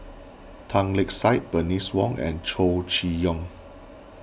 Tan Lark Sye Bernice Wong and Chow Chee Yong